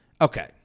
Okay